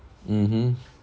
mm hmm